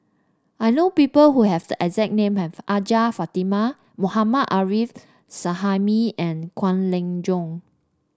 I know people who have the exact name as Hajjah Fatimah Mohammad Arif Suhaimi and Kwek Leng Joo